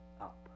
up